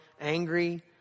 angry